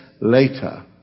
later